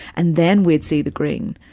and then we'd see the green.